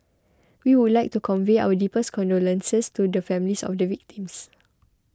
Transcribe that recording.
we would like to convey our deepest condolences to the families of the victims